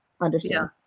understand